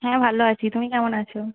হ্যাঁ ভালো আছি তুমি কেমন আছো